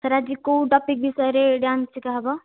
sir ଆଜି କେଉଁ topic ବିଷୟରେ ଡ୍ୟାନ୍ସ ଶିଖାହେବ